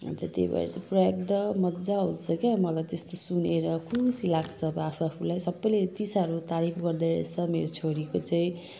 अनि त त्यही भएर चाहिँ पुरा एकदम मजा आउँछ क्या मलाई त्यस्तो सुनेर खुसी लाग्छ अब आफू आफूलाई सबैले यति साह्रो तारिफ गर्दोरहेछ मेरो छोरीको चाहिँ